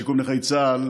שיקום נכי צה"ל,